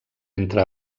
entre